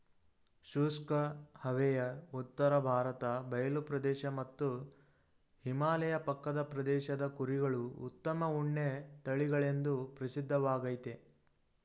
ಶುಷ್ಕ ಹವೆಯ ಉತ್ತರ ಭಾರತ ಬಯಲು ಪ್ರದೇಶ ಮತ್ತು ಹಿಮಾಲಯ ಪಕ್ಕದ ಪ್ರದೇಶದ ಕುರಿಗಳು ಉತ್ತಮ ಉಣ್ಣೆ ತಳಿಗಳೆಂದು ಪ್ರಸಿದ್ಧವಾಗಯ್ತೆ